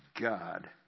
God